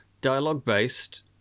dialogue-based